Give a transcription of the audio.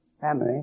family